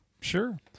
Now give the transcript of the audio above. Sure